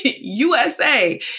USA